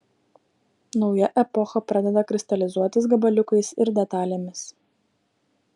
nauja epocha pradeda kristalizuotis gabaliukais ir detalėmis